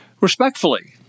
Respectfully